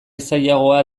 zailagoa